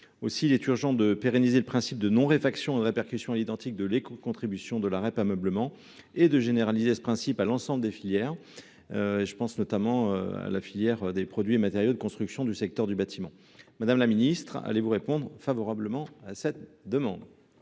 Aussi est il urgent de pérenniser le principe de non réfaction et de répercussion à l’identique de l’écocontribution de la REP ameublement et de généraliser ce principe à l’ensemble des filières ; je pense notamment à la filière des produits et matériaux de construction du secteur du bâtiment. Madame la ministre, allez vous répondre à cette demande ?